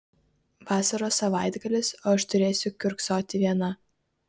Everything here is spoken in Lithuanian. vasaros savaitgalis o aš turėsiu kiurksoti viena